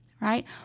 right